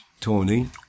Tony